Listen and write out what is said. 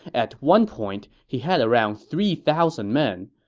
at one point he had around three thousand men.